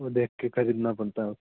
वह देख कर खरीदना पड़ता है